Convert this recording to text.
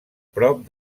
prop